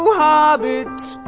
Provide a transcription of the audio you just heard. hobbits